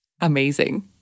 Amazing